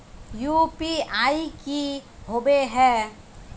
UPI की होबे है?